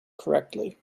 correctly